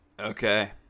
Okay